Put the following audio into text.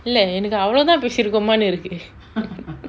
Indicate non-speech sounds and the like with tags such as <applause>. இல்ல எனக்கு அவளோதா பேசிருகொமானு இருக்கு:illa enaku avalotha pesirukomanu iruku <laughs>